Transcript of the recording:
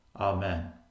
Amen